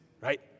right